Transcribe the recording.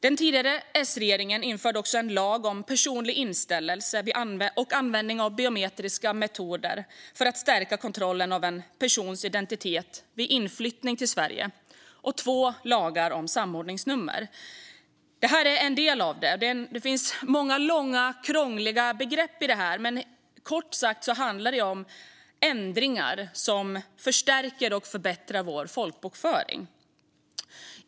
Den tidigare S-regeringen införde också en lag om personlig inställelse och användning av biometriska metoder för att stärka kontrollen av en persons identitet vid inflyttning till Sverige samt två lagar om samordningsnummer. Det är många långa och krångliga begrepp, men det handlar helt enkelt om ändringar som förstärker och förbättrar folkbokföringen.